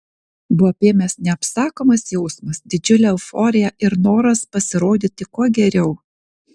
buvo apėmęs neapsakomas jausmas didžiulė euforija ir noras pasirodyti kuo geriau